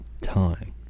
time